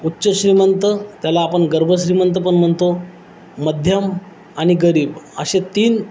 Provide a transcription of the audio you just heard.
उच्चश्रीमंत त्याला आपण गर्भश्रीमंतपण म्हणतो मध्यम आणि गरीब असे तीन